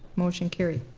motion carried.